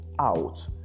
out